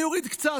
אני אוריד קצת,